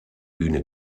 bühne